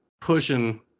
pushing